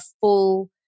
full